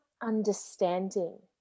understanding